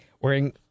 wearing